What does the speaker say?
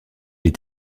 est